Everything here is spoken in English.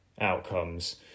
outcomes